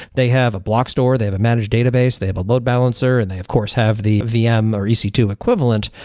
they have a block store. they have a managed database. they have a load balancer and they of course have the vm or e c two equivalent.